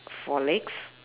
four legs